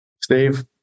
Steve